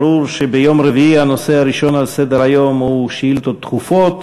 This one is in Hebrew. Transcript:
ברור שביום רביעי הנושא הראשון בסדר-היום הוא שאילתות דחופות.